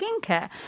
skincare